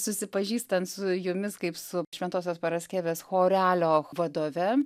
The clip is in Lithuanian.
susipažįstant su jumis kaip su šventosios paraskevės chorelio vadove